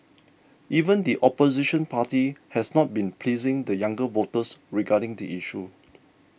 even the opposition party has not been pleasing the younger voters regarding the issue